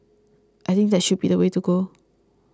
I think that should be the way to go